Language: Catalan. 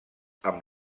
amb